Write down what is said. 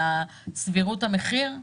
לסבירות המחיר?